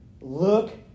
Look